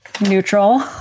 neutral